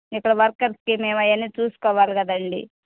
ఇక్కడ వర్కర్స్కి మేము అవన్నీ చూసుకోవాల కదండీ